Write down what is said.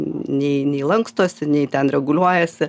nei nei lankstosi nei ten reguliuojasi